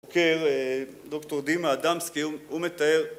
דוקטור דימה אדמסקי, הוא מתאר